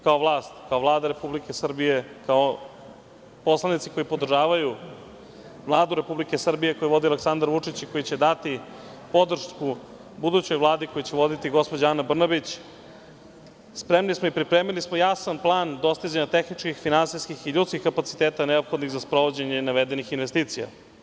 Kao vlast, kao Vlada Republike Srbije, kao poslanici koji podržavaju Vladu Republike Srbije koju vodi Aleksandar Vučić i koji će dati podršku budućoj vladi koju će voditi gospođa Ana Brnabić, spremni smo i pripremili smo jasan plan dostizanja tehničkih, finansijskih i ljudskih kapaciteta neophodnih za sprovođenje navedenih investicija.